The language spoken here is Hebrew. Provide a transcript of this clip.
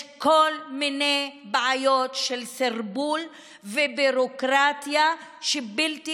יש כל מיני בעיות של סרבול ושל ביורוקרטיה שהן בלתי